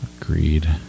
Agreed